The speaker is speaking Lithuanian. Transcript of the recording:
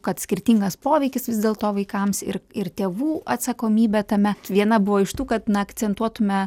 kad skirtingas poveikis vis dėlto vaikams ir ir tėvų atsakomybė tame viena buvo iš tų kad na akcentuotume